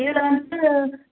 இதில் வந்துட்டு